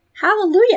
Hallelujah